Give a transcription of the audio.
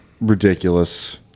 ridiculous